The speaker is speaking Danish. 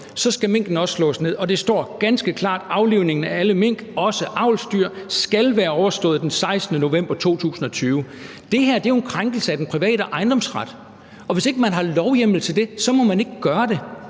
skal minkene også slås ned, og der står ganske klart: »Aflivningen af alle mink (også avlsdyr) skal være overstået den 16. november 2020«. Det her er jo en krænkelse af den private ejendomsret, og hvis ikke man har lovhjemmel til det, må man ikke gøre det.